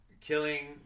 Killing